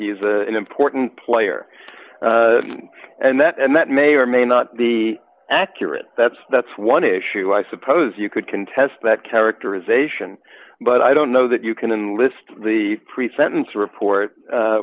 he's an important player and that and that may or may not be accurate that's that's one issue i suppose you could contest that characterization but i don't know that you can list the pre sentence report